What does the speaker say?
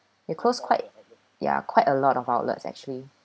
they close quite ya quite a lot of outlets actually